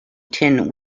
tin